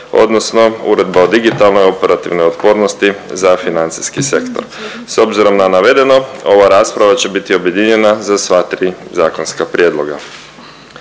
odnosno Uredba o digitalnoj operativnoj otpornosti za financijski sektor. S obzirom na navedeno ova rasprava će biti objedinjena za sva tri zakonska prijedloga.